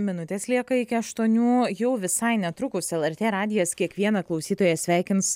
minutės lieka iki aštuonių jau visai netrukus lrt radijas kiekvieną klausytoją sveikins